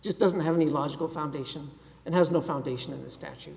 just doesn't have any logical foundation and has no foundation in the statu